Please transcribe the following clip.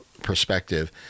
perspective